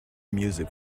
music